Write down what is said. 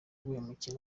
guhemukira